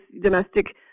domestic